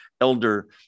elder